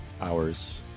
hours